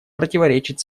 противоречит